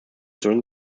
during